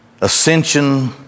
ascension